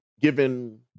given